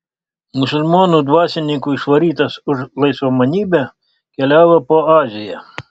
musulmonų dvasininkų išvarytas už laisvamanybę keliavo po aziją